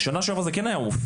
בשנה שעברה זה כן הופיע.